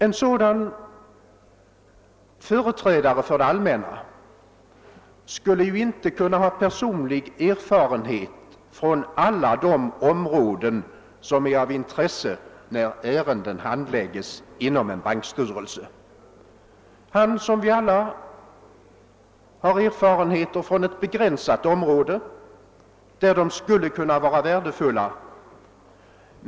En sådan företrädare för det allmänna skulle ju inte kunna ha personlig erfarenhet från alla de områden som är av intresse när ärenden handlägges inom en bankstyrelse. Han, liksom vi alla, har erfarenheter från ett begränsat område, där de skulle kunna vara värdefulla.